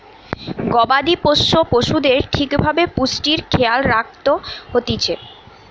গবাদি পোষ্য পশুদের ঠিক ভাবে পুষ্টির খেয়াল রাখত হতিছে